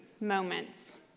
moments